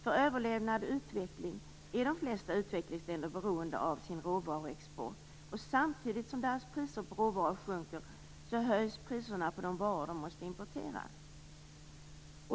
För överlevnad och utveckling är de flesta utvecklingsländer beroende av sin råvaruexport. Samtidigt som deras priser på råvaror sjunker, höjs priserna på de varor de måste importera.